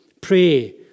pray